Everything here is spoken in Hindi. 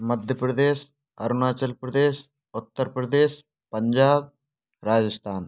मध्य प्रदेश अरुणाचल प्रदेश उत्तर प्रदेश पंजाब राजस्थान